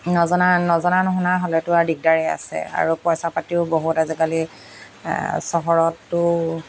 নজনা নজনা নুশুনা হ'লেতো আৰু দিগদাৰেই আছে আৰু পইচা পাতিও বহুত আজিকালি চহৰতো